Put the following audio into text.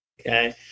Okay